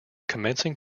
commencing